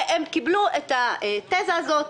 הם קיבלו את התיזה הזאת,